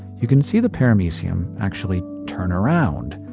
you can see the paramecium actually turn around,